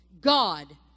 God